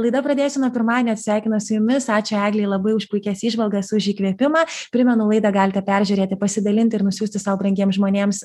laida pradėsiu nuo pirmadienio atsisveikina su jumis ačiū eglei labai už puikias įžvalgas už įkvėpimą primenu laidą galite peržiūrėti pasidalinti ir nusiųsti sau brangiems žmonėms